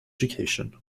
education